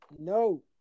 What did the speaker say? No